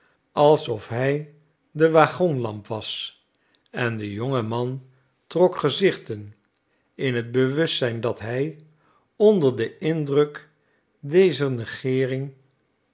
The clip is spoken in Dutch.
alsof hij de waggonlamp was en de jonge man trok gezichten in het bewustzijn dat hij onder den druk dezer negeering